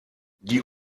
die